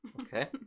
Okay